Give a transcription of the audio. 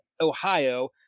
Ohio